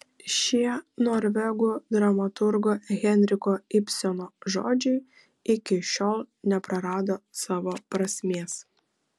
šie norvegų dramaturgo henriko ibseno žodžiai iki šiol neprarado savo prasmės